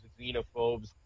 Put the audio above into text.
xenophobes